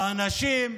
באנשים,